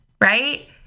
right